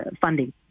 funding